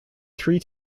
three